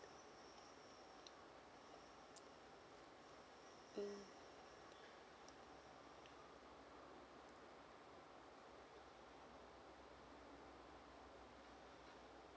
mm